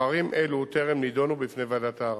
עררים אלו טרם נדונו בפני ועדת הערר.